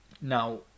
Now